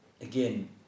again